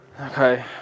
Okay